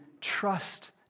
trust